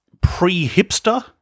pre-hipster